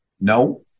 No